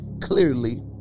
clearly